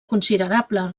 considerable